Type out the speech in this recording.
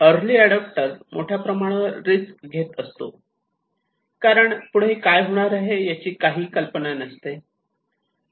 early adapter मोठ्या प्रमाणावर risk घेत असतो कारण पुढे काय होणार आहे याची काहीही कल्पना नसते